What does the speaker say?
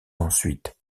ensuite